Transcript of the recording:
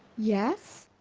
yes?